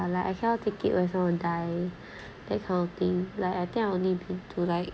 lah I cannot take it when someone die that kind of thing like I think I'll need to be like